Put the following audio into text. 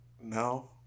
no